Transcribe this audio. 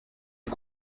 une